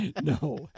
no